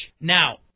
now